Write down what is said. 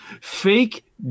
Fake